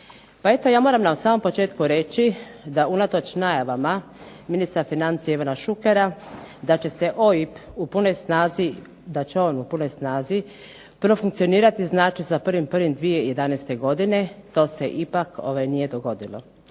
Pa eto ja moram na samom početku reći da unatoč najavama ministra financija Ivana Šukera da će se OIB u punoj snazi, da će on u punoj snazi profunkcionirati znači sa 1.1.2011. godine, to se ipak nije dogodilo.